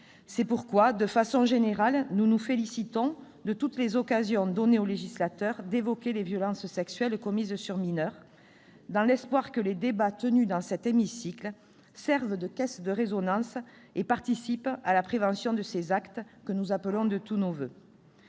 C'est pourquoi, de façon générale, nous nous félicitons de toutes les occasions données au législateur d'évoquer les violences sexuelles commises sur mineurs, dans l'espoir que les débats tenus dans cet hémicycle servent de caisse de résonance et participent à la prévention de ces actes, que nous appelons de tous nos voeux.